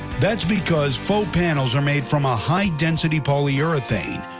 that's because faux panels are made from a high-density polyurethane.